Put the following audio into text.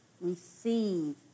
Receive